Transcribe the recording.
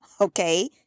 okay